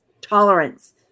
tolerance